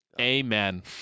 Amen